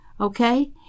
okay